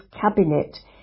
cabinet